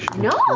no.